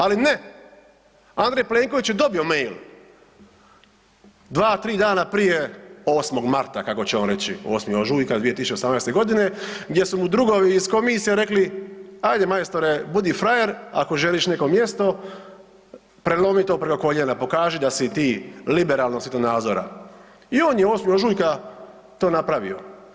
Ali ne, Andrej Plenković je dobio mail, 2, 3 dana prije 8. marta, kako će on reći, 8. ožujka 2018. g. gdje su mu drugovi iz komisija rekli, ajde majstore, budi frajer, ako želiš neko mjesto, prelomi to preko koljena, pokaži da si ti liberalnog svjetonazora i on je 8. ožujka to napravio.